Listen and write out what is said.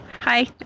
Hi